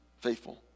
faithful